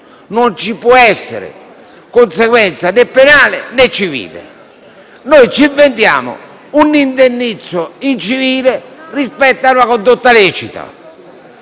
non ci può essere conseguenza né penale, né civile. Noi ci inventiamo un indennizzo in civile rispetto a una condotta lecita.